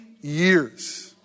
years